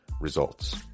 results